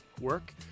work